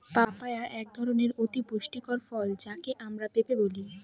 papaya একধরনের অতি পুষ্টিকর ফল যাকে আমরা পেঁপে বলি